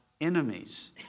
enemies